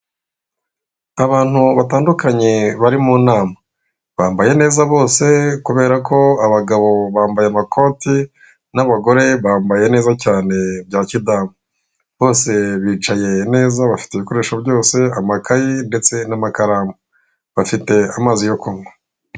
Abantu batandukanye bari mu nama, bambaye neza bose kubera ko abagabo bambaye amakoti n'abagore bambaye neza cyane bya kidamu. Bose bicaye neza bafite ibikoresho byose, amakayi ndetse n'amakaramu, bafite amazi yo kunywa.